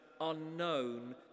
unknown